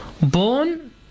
Born